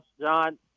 John